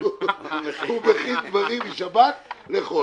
הוא מכין דברים משבת לחול,